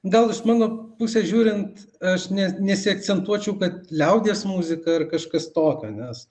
gal iš mano pusės žiūrint aš ne nesiakcentuočiau kad liaudies muzika ar kažkas tokio nes